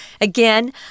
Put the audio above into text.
Again